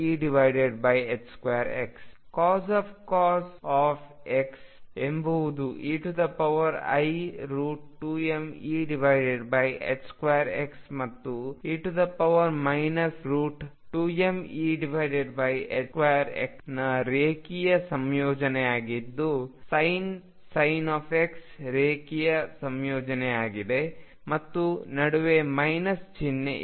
cos x ಎಂಬುದು ei2mE2x ಮತ್ತು e i2mE2x ನ ರೇಖೀಯ ಸಂಯೋಜನೆಯಾಗಿದ್ದು sin ರೇಖೀಯ ಸಂಯೋಜನೆಯಾಗಿದೆ ಮತ್ತು ನಡುವೆ ಮೈನಸ್ ಚಿಹ್ನೆ ಇದೆ